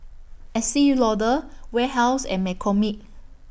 Estee Lauder Warehouse and McCormick